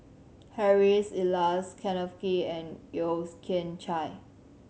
Harry's Elias Kenneth Kee and Yeo Kian Chai